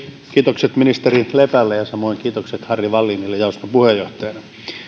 kiitokset ministeri lepälle ja samoin kiitokset harry wallinille jaoston puheenjohtajana